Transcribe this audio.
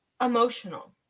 emotional